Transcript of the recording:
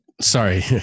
Sorry